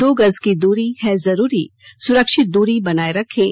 दो गज की दूरी है जरूरी सुरक्षित दूरी बनाए रखें